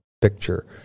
picture